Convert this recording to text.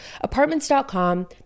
Apartments.com